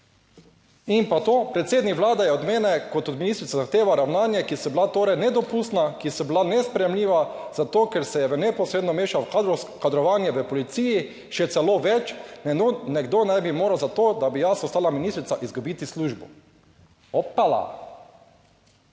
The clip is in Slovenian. in pa to, predsednik Vlade je od mene, kot od ministrice zahteval ravnanja, ki so bila torej nedopustna, ki so bila nesprejemljiva, zato ker se je v neposredno vmešal v kadrovanje v policiji, še celo več ne, kdo ne bi moral za to, da bi jaz ostala ministrica, izgubiti službo. Opala.